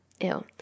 Ew